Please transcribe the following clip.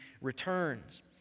returns